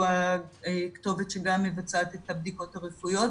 שהוא הכתובת שגם מבצעת את הבדיקות הרפואיות,